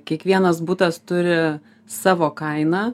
kiekvienas butas turi savo kainą